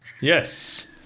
Yes